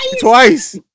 Twice